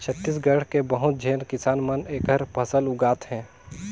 छत्तीसगढ़ के बहुत झेन किसान मन एखर फसल उगात हे